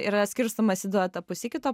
yra skirstomas į du etapus iki to